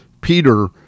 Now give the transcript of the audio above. peter